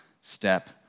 step